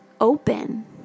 open